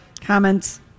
comments